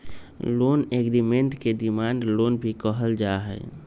loan agreement के demand loan भी कहल जा हई